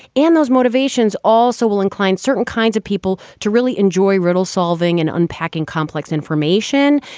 and those motivations also will incline certain kinds of people to really enjoy riddle solving and unpacking complex information.